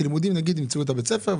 כי לימודים נגיד ימצאו את בית הספר,